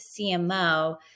CMO